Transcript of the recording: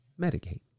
medicate